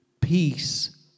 peace